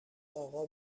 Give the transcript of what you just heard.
اقا